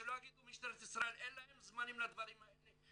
ושלא יגידו במשטרת ישראל שאין להם זמנים לדברים האלה,